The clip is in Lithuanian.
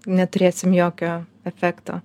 neturėsim jokio efekto